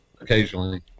occasionally